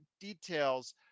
details